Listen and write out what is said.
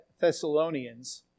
Thessalonians